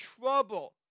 trouble